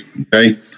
Okay